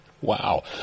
Wow